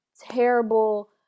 terrible